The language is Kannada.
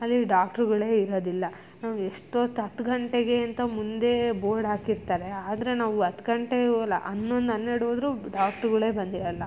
ಅಲ್ಲಿ ಡಾಕ್ಟ್ರುಗಳೇ ಇರೋದಿಲ್ಲ ನಾವು ಎಷ್ಟೊತ್ತು ಹತ್ತು ಗಂಟೆಗೇ ಅಂತ ಮುಂದೆ ಬೋರ್ಡ್ ಹಾಕಿರ್ತಾರೆ ಆದರೆ ನಾವು ಹತ್ತು ಗಂಟೆಗೂ ಅಲ್ಲ ಹನ್ನೊಂದು ಹನ್ನೆರಡು ಹೋದರೂ ಡಾಕ್ಟ್ರುಗಳೇ ಬಂದಿರೋಲ್ಲ